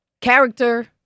character